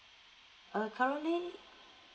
uh currently